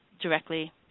directly